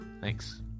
Thanks